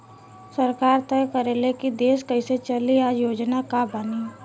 सरकार तय करे ले की देश कइसे चली आ योजना का बनी